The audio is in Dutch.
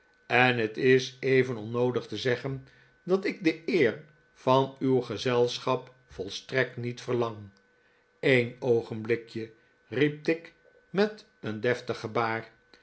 en het is even onnoodig te zeggen dat ik de eer van uw gezelschap volstrekt niet verlang een oogenblikjelv riep tigg met een deftig gebaar